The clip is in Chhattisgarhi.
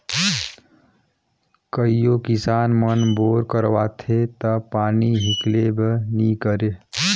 कइयो किसान मन बोर करवाथे ता पानी हिकलबे नी करे